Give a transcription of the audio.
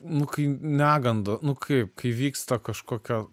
nu kai neganda nu kaip kai vyksta kažkokia